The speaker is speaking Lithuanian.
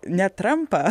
ne trampą